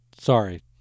sorry